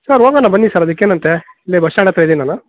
sir ಹೋಗೋಣ ಬನ್ನಿ sir ಅದಕ್ಕೇನಂತೆ ಇಲ್ಲೇ ಬಸ್ಟ್ಯಾಂಡ್ ಹತ್ತಿರ ಇದ್ದೀನಿ ನಾನು